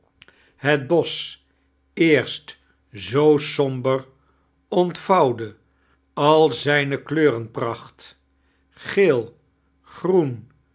het bosch erst zoo somber ontvouwde al zijne kleurenpracht geel groen